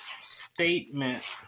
statement